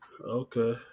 Okay